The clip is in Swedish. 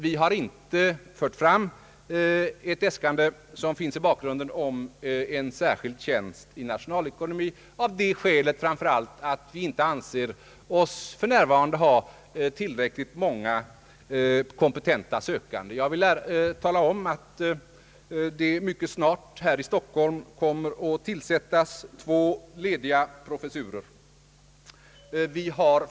Vi har inte fört fram ett äskande som finns med i bakgrunden om en särskild tjänst i nationalekonomi. Det beror på att vi för närvarande inte anser oss ha tillräckligt många kompetenta sökande. Men mycket snart — det vill jag tala om — kommer två lediga professurer att tillsättas i Stockholm.